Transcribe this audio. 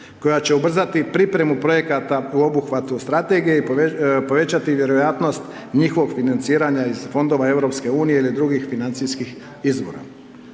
koja će ubrzati pripremu projekata u obuhvatu strategije i povećati vjerojatnost njihovog financiranja iz Fondova EU ili drugih financijskih izvora.